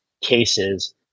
cases